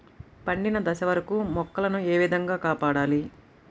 పండిన దశ వరకు మొక్కల ను ఏ విధంగా కాపాడాలి?